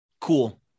Cool